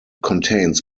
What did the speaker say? contains